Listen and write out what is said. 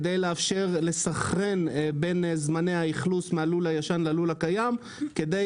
כדי לאפשר לסנכרן בין זמני האכלוס מהלול הישן ללול הקיים כדי